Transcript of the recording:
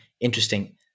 interesting